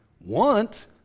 want